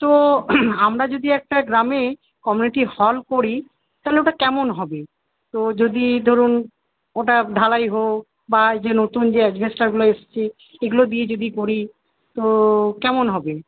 তো আমরা যদি একটা গ্রামে কমিউনিটি হল করি তাহলে ওটা কেমন হবে তো যদি ধরুন ওটা ঢালাই হোক বা যে নতুন যে অ্যাজবেস্টারগুলো এসছে সেগুলো দিয়ে যদি করি তো কেমন হবে